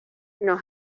nos